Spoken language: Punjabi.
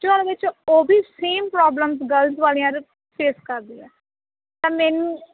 ਬਟ ਐਕਚੁਅਲ ਵਿੱਚ ਉਹ ਵੀ ਸੇਮ ਪ੍ਰੋਬਲਮ ਗਰਲਜ਼ ਵਾਲੀਆਂ ਫੇਸ ਕਰਦੇ ਆ ਤਾਂ ਮੈੈਨੂੰ